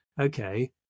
okay